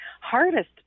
hardest